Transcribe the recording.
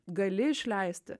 gali išleisti